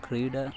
ಕ್ರೀಡಾ